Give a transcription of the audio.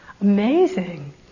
amazing